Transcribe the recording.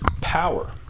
power